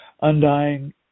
undying